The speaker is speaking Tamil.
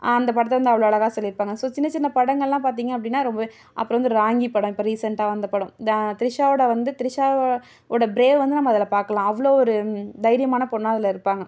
அந்த படத்தை வந்து அவ்வளோ அழகாக சொல்லியிருப்பாங்க ஸோ சின்ன சின்ன படங்களெலாம் பார்த்திங்க அப்படின்னா ரொம்பவே அப்புறம் வந்து ராங்கி படம் இப்போ ரீசென்ட்டாக வந்த படம் தான் த்ரிஷாவோடய வந்து த்ரிஷாவோ உட ப்ரேவ் வந்து நம்ம அதில் பார்க்கலாம் அவ்வளோ ஒரு தைரியமான பொண்ணாக அதில் இருப்பாங்க